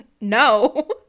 no